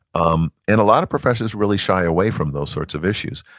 um and a lot of professors really shy away from those sorts of issues.